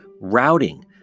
routing